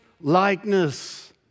likeness